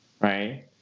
right